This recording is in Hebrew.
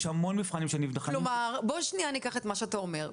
יש המון מבחנים שנבדקים --- בוא ניקח את מה שאתה אומר,